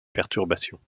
perturbation